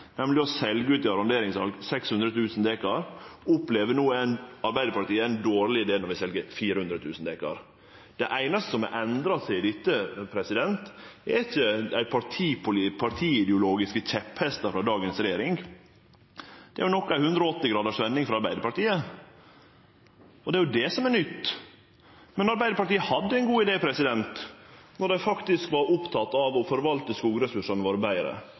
nemleg å selje ut i arronderingssal 600 000 dekar, opplever no Arbeidarpartiet at er ein dårleg idé, når vi sel 400 000 dekar. Det einaste som har endra seg i dette, er ikkje dei partiideologiske kjepphestane frå dagens regjering, det er nok ei 180 gradars dreiing frå Arbeidarpartiet. Det er det som er nytt. Men Arbeidarpartiet hadde ein god idé då dei faktisk var opptekne av å forvalte skogressursane våre betre